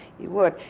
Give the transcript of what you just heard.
you would.